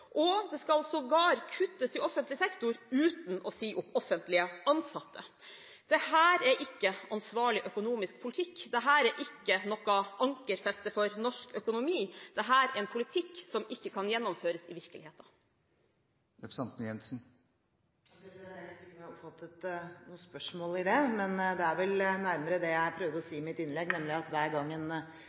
Det skal sågar kuttes i offentlig sektor, uten å si opp offentlig ansatte. Dette er ikke ansvarlig økonomisk politikk, dette er ikke noe ankerfeste for norsk økonomi. Dette er en politikk som ikke kan gjennomføres i virkeligheten. Jeg er ikke sikker på om jeg oppfattet noe spørsmål her. Men det er vel nærmere det jeg prøvde å si i mitt innlegg, nemlig at hver gang en